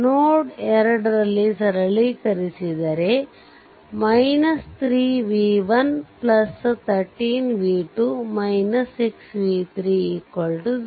ನೋಡ್ 2 ನಲ್ಲಿ ಸರಳೀಕರಿಸಿದರೆ 3 v1 13 v2 6 v3 0